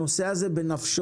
הנושא הזה בנפשו.